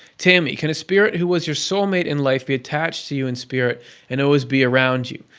tammy can a spirit who was your soul mate in life be attached to you in spirit and always be around you?